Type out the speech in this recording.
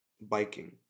biking